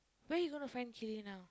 where you gonna find kili now